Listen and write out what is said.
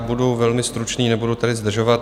Budu velmi stručný, nebudu tady zdržovat.